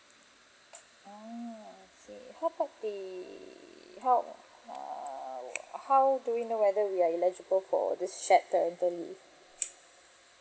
oh I see how about the how how how do we know whether we are eligible for this shared parental leave